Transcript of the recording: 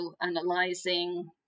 analyzing